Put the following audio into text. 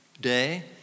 day